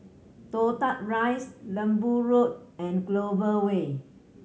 Toh Tuck Rise Lembu Road and Clover Way